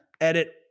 edit